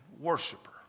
worshiper